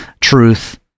truth